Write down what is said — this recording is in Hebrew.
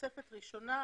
התוספת הראשונה,